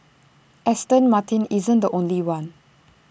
Aston Martin isn't the only one